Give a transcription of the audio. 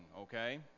okay